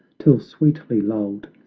till sweetly lulled,